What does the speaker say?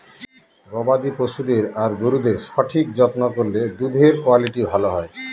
গবাদি পশুদের আর গরুদের সঠিক যত্ন করলে দুধের কুয়ালিটি ভালো হয়